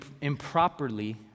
improperly